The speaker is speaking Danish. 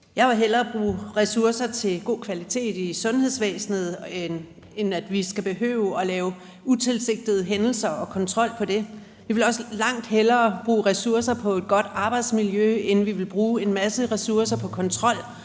Jeg vil hellere bruge ressourcer til god kvalitet i sundhedsvæsenet, end at vi skal behøve at rapportere utilsigtede hændelser og lave kontrol af det. Vi vil også langt hellere bruge ressourcer på et godt arbejdsmiljø, end vi vil bruge en masse ressourcer på kontrol